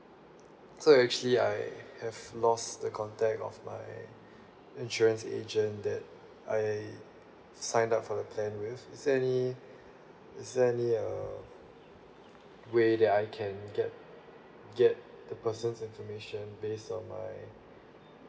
so actually I have lost the contact of my insurance agent that I signed up for the plan with is there any is there any uh way that I can get get the person information based on my